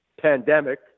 pandemic